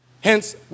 Hence